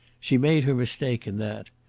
she made her mistake in that.